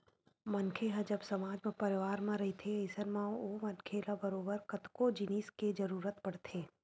मनखे ह जब समाज म परवार म रहिथे अइसन म ओ मनखे ल बरोबर कतको जिनिस के जरुरत पड़थे